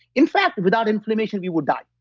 in fact without inflammation, we will die.